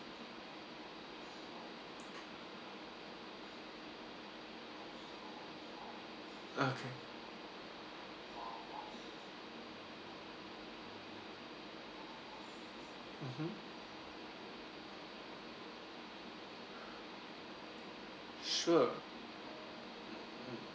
okay mmhmm sure